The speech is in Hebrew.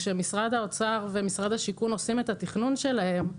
כשמשרד האוצר ומשרד השיכון עושים את התכנון שלהם,